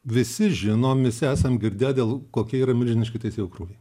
visi žinom visi esam girdėję dėl kokie yra milžiniški teisėjų krūviai